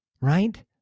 right